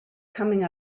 coming